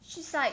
she's like